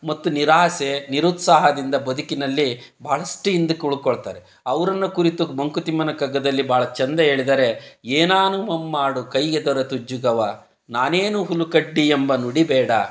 ಮತ್ತು ನಿರಾಸೆ ನಿರುತ್ಸಾಹದಿಂದ ಬದುಕಿನಲ್ಲಿ ಬಹಳಷ್ಟು ಹಿಂದಕ್ಕೆ ಉಳ್ಕೊಳ್ತಾರೆ ಅವರನ್ನ ಕುರಿತು ಮಂಕುತಿಮ್ಮನ ಕಗ್ಗದಲ್ಲಿ ಭಾಳ ಚೆಂದ ಹೇಳಿದ್ದಾರೆ ಏನಾನುಮಂ ಮಾಡು ಕೈಗೆ ದೊರತುಜ್ಜುಗವ ನಾನೇನು ಹುಲುಕಡ್ಡಿ ಎಂಬ ನುಡಿ ಬೇಡ